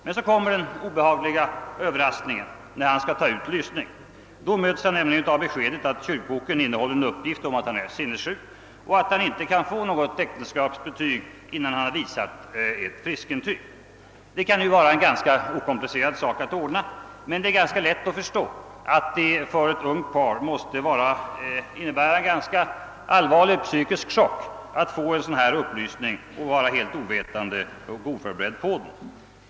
Men så kommer den obehagliga överraskningen när han skall ta ut lysning. Då möts han nämligen av beskedet att kyrkoboken innehåller en uppgift om att han är sinnessjuk och att han inte kan få något äktenskapsintyg innan han visat ett friskintyg. Det kan vara en okomplicerad sak att ordna detta, men det är lätt att förstå att det för ett ungt par måste innebära en allvarlig psykisk chock att få en sådan upplysning utan att vara förberedd på den.